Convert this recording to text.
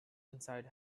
inside